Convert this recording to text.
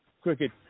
cricket